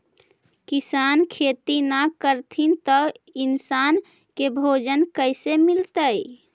किसान खेती न करथिन त इन्सान के भोजन कइसे मिलतइ?